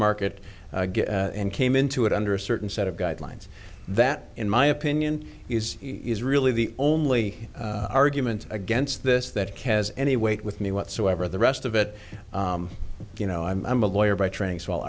market and came into it under a certain set of guidelines that in my opinion is is really the only argument against this that kaz any weight with me whatsoever the rest of it you know i'm i'm a lawyer by training s